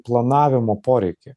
planavimo poreikį